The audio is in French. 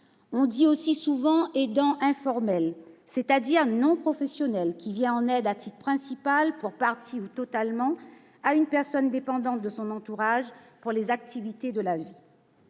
On parle aussi souvent d'aidant informel, c'est-à-dire non professionnel, venant en aide à titre principal, pour partie ou totalement, à une personne dépendante de son entourage pour les activités de la vie.